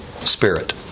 spirit